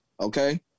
okay